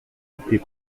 était